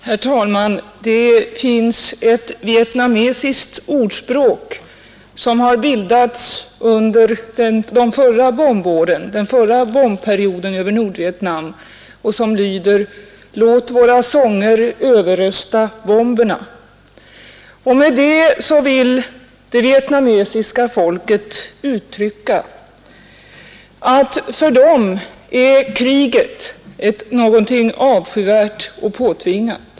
Herr talman! Det finns ett vietnamesiskt ordspråk som uppstod under den förra bombperioden över Nordvietnam och som lyder: ”Låt våra sånger överrösta bomberna! ” Med dessa ord vill det vietnamesiska folket uttrycka att kriget för dem är någonting avskyvärt och påtvingat.